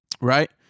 Right